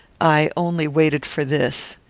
i only waited for this.